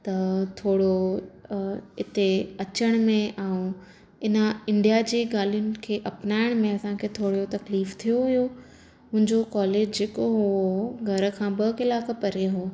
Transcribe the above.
त थोरो आहे इते अचण में ऐं इना इंडिया जी ॻाल्हियुनि खे अपनायण में असां खे थोरो तकलीफ़ु थियो हुयो मुंहिंजो कॉलेज जेके हो घर खां ॿ कलाक परे हो